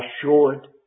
assured